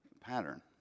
pattern